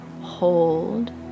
hold